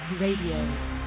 Radio